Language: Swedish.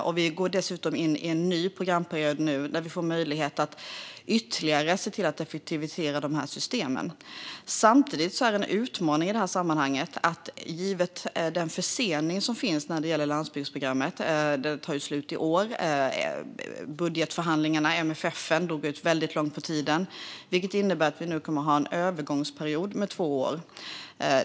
Nu går vi dessutom in i en ny programperiod, där vi får möjlighet att ytterligare effektivisera systemen. Samtidigt finns det en utmaning i detta sammanhang givet den försening som finns när det gäller landsbygdsprogrammet; det tar slut i år. Budgetförhandlingarna om MFF:en drog ut väldigt långt på tiden, vilket innebär att vi nu kommer att ha en övergångsperiod på två år.